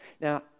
Now